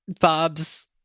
Bob's